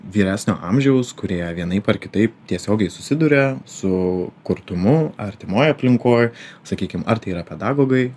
vyresnio amžiaus kurie vienaip ar kitaip tiesiogiai susiduria su kurtumu artimoj aplinkoj sakykim ar tai yra pedagogai